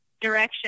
direction